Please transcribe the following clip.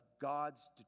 God's